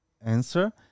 answer